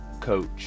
coach